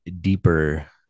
deeper